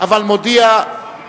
מודים